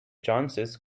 chances